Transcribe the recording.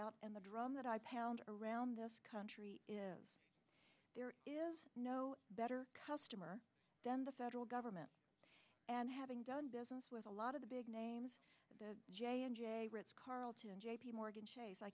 out in the drum that i pound around the country is there is no better customer then the federal government and having done business with a lot of the big names j and j ritz carlton j p morgan chase i